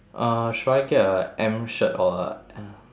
uh should I get a M shirt or a L